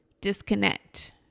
disconnect